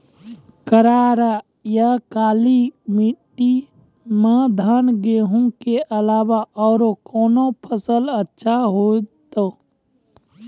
करार या काली माटी म धान, गेहूँ के अलावा औरो कोन फसल अचछा होतै?